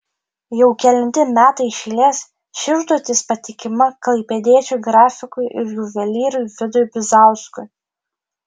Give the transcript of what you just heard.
jau kelinti metai iš eilės ši užduotis patikima klaipėdiečiui grafikui ir juvelyrui vidui bizauskui